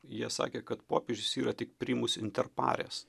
jie sakė kad popiežius yra tik primus interpares